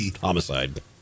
homicide